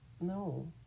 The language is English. No